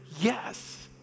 yes